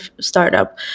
startup